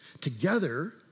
Together